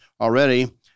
already –